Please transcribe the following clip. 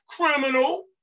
criminal